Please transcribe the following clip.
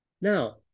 Now